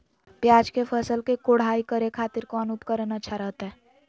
प्याज के फसल के कोढ़ाई करे खातिर कौन उपकरण अच्छा रहतय?